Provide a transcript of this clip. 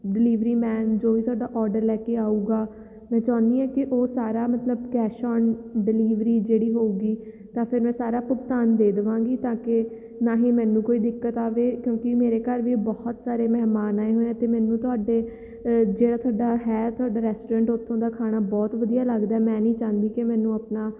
delivery man ਜੋ ਵੀ ਤੁਹਾਡਾ ਔਡਰ ਲੈ ਕੇ ਆਊਗਾ ਮੈਂ ਚਾਹੁੰਦੀ ਹਾਂ ਕਿ ਉਹ ਸਾਰਾ ਮਤਲਬ ਕੈਸ਼ ਔਨ ਡਿਲੀਵਰੀ ਜਿਹੜੀ ਹੋਊਗੀ ਤਾਂ ਫਿਰ ਮੈਂ ਸਾਰਾ ਭੁਗਤਾਨ ਦੇ ਦੇਵਾਂਗੀ ਤਾਂ ਕਿ ਨਾ ਹੀ ਮੈਨੂੰ ਕੋਈ ਦਿੱਕਤ ਆਵੇ ਕਿਉਂਕਿ ਮੇਰੇ ਘਰ ਵੀ ਬਹੁਤ ਸਾਰੇ ਮਹਿਮਾਨ ਆਏ ਹੋਏ ਅਤੇ ਮੈਨੂੰ ਤੁਹਾਡੇ ਜਿਹੜਾ ਤੁਹਾਡਾ ਹੈ ਤੁਹਾਡਾ ਰੈਸਟੋਰੈਂਟ ਉੱਥੋਂ ਦਾ ਖਾਣਾ ਬਹੁਤ ਵਧੀਆ ਲੱਗਦਾ ਮੈਂ ਨਹੀਂ ਚਾਹੁੰਦੀ ਕਿ ਮੈਨੂੰ ਆਪਣਾ